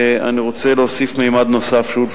אני רוצה להוסיף ממד נוסף שהוא,